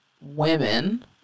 women